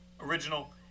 original